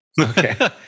okay